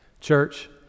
Church